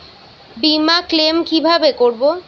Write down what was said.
বিমা ক্লেম কিভাবে করব?